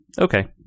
Okay